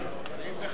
ביד?